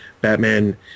Batman